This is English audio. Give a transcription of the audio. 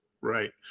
right